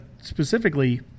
specifically